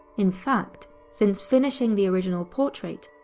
in fact, since finishing the original portrait,